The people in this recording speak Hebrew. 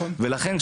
ולכן,